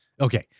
Okay